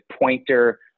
Pointer